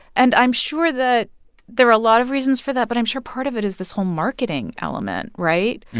and i'm sure that there are a lot of reasons for that, but i'm sure part of it is this whole marketing element, right?